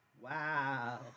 Wow